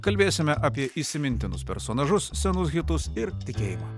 kalbėsime apie įsimintinus personažus senus hitus ir tikėjimą